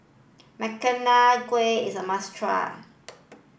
Makchang Gui is a must try